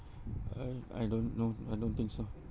I I don't know I don't think so